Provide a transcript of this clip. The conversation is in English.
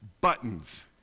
buttons